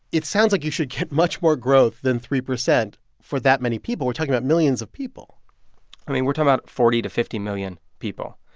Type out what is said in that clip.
it sounds like you should get much more growth than three percent for that many people. we're talking about millions of people i mean, we're talking about forty to fifty million people.